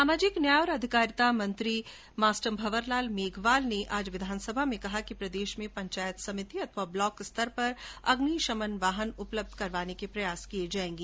सामाजिक न्याय और अधिकारिता मंत्री मास्टर भंवरलाल मेघवाल ने आज विधानसभा में कहा कि प्रदेष में पंचायत समिति अथवा ब्लॉक स्तर पर अग्निशमन वाहन उपलब्ध करवाने के प्रयास किये जायेंगे